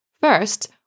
First